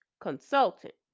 consultant